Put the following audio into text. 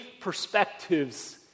perspectives